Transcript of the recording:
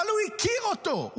אבל הוא הכיר אותו.